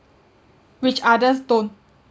which others don't